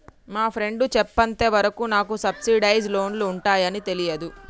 మా ఫ్రెండు చెప్పేంత వరకు నాకు సబ్సిడైజ్డ్ లోన్లు ఉంటయ్యని తెలీదు